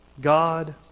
God